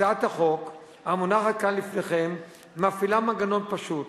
הצעת החוק המונחת כאן לפניכם מפעילה מנגנון פשוט,